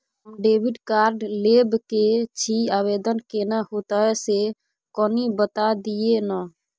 हम debit card लेब के छि, आवेदन केना होतै से कनी बता दिय न?